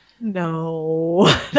no